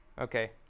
Okay